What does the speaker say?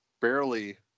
barely